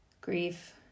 grief